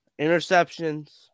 Interceptions